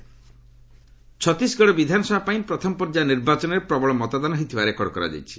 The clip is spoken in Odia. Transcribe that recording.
ଛତିଶଗଡ ପ୍ନଲିଙ୍ଗ ଛତିଶଗଡ ବିଧାନସଭା ପାଇଁ ପ୍ରଥମ ପର୍ଯ୍ୟାୟ ନିର୍ବାଚନରେ ପ୍ରବଳ ମତଦାନ ହୋଇଥିବା ରେକର୍ଡ କରାଯାଇଛି